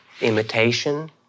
imitation